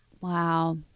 Wow